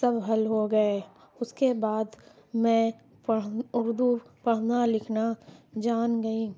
سب حل ہو گئے اس کے بعد میں پڑھ اردو پڑھنا لکھنا جان گئی